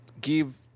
give